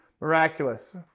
miraculous